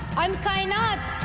i am kainat.